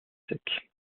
secs